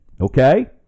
okay